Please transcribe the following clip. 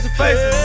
faces